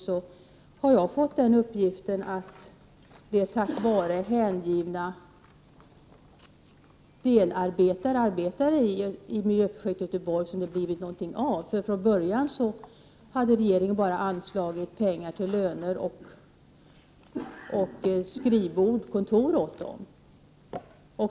Jag har fått uppgiften att det endast är tack vare hängivna medarbetare i miljöprojektet som det blivit någonting av. Från början hade regeringen bara anslagit pengar till löner och kontor.